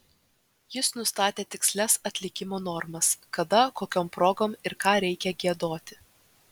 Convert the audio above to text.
jis nustatė tikslias atlikimo normas kada kokiom progom ir ką reikia giedoti